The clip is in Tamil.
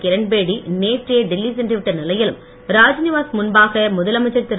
கிரண்பேடி நேற்றே டெல்லி சென்றுவிட்ட நிலையிலும் ராஜ்நிவாஸ் முன்பாக முதலமைச்சர் திரு